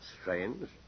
Strange